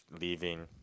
leaving